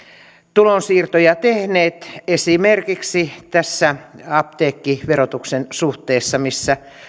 tulonsiirtoja tehneet esimerkiksi tässä apteekkiverotuksen suhteessa missä